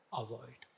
avoid